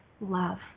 love